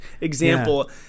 example